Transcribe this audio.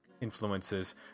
influences